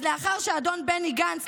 אז לאחר שאדון בני גנץ,